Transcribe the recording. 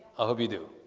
i hope we do